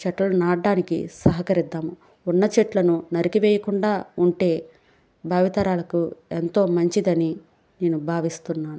చెట్లను నాటడానికి సహకరిద్దాము ఉన్న చెట్లను నరికి వేయకుండా ఉంటే భావితరాలకు ఎంతో మంచిదని నేను భావిస్తున్నాను